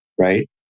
right